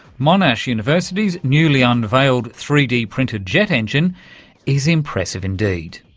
monash university's newly unveiled three d printed jet engine is impressive indeed.